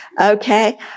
Okay